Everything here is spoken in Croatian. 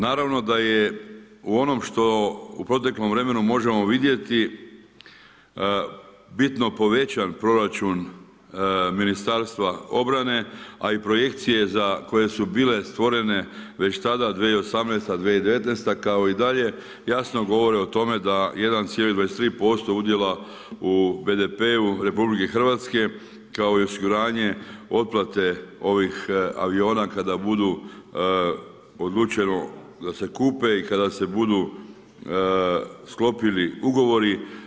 Naravno da je u onom što u proteklom vremenu možemo vidjeti, bitno povećan proračun Ministarstva obrane, a i projekcije koje su bile stvorene, već tada 2018.-2019. kao i dalje, jasno govori o tome da 1,23% udjela u BDP-u RH, kao i osiguranje otplate ovih aviona, kad budu odlučeno da se kupe i kada se budu sklopili ugovori.